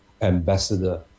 ambassador